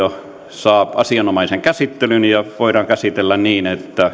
saa asianomaisen käsittelyn ja voidaan käsitellä niin että se saatetaan voimaan mahdollisimman